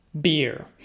beer